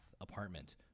apartment